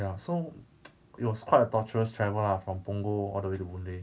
boon lay